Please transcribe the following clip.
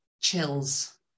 chills